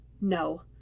No